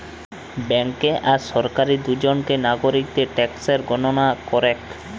bank আর সরকার দুজনেই নাগরিকদের ট্যাক্সের গণনা করেক